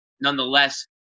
nonetheless